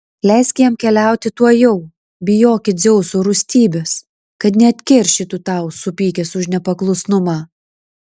leisk jam keliauti tuojau bijoki dzeuso rūstybės kad neatkeršytų tau supykęs už nepaklusnumą